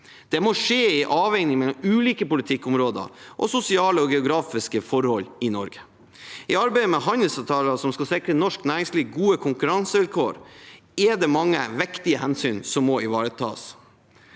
Det må skje en avveining mellom ulike politikkområder og sosiale og geografiske forhold i Norge. I arbeidet med handelsavtaler som skal sikre norsk næringsliv gode konkurransevilkår, er det mange viktige hensyn som må ivaretas.